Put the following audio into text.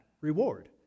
reward